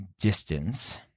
distance